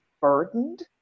burdened